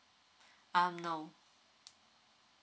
um no